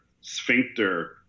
sphincter